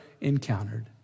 encountered